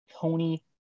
Tony